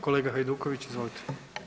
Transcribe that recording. Kolega Hajduković, izvolite.